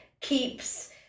keeps